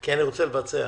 כי אני רוצה לבצע.